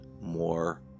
more